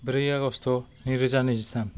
ब्रै आगष्ट नैरोजा नैजिथाम